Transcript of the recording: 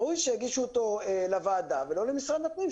ראוי שיגישו אותו לוועדה ולא למשרד הפנים,